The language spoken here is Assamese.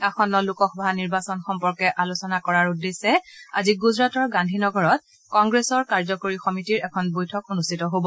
আসন্ন লোকসভা নিৰ্বাচন সম্পৰ্কে আলোচনা কৰাৰ উদ্দেশ্যে আজি গুজৰাটৰ গান্ধীনগৰত কংগ্ৰেছৰ কাৰ্যকৰী কমিটীৰ এখন বৈঠক অনুষ্ঠিত হ'ব